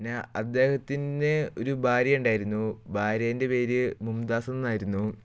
പിന്നെ അദ്ദേഹത്തിന് ഒരു ഭാര്യ ഉണ്ടായിരുന്നു ഭാര്യൻ്റെ പേര് മുംതാസ് എന്നായിരുന്നു